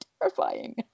terrifying